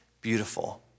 beautiful